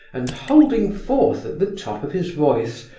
and holding forth at the top of his voice,